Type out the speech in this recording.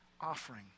offering